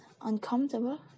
uncomfortable